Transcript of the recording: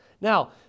Now